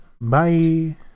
Bye